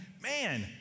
man